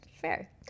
fair